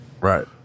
Right